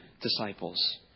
disciples